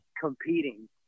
competing